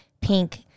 pink